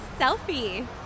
selfie